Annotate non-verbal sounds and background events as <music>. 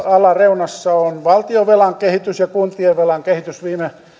<unintelligible> alareunassa on valtionvelan kehitys ja kuntien velan kehitys